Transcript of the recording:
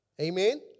Amen